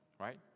right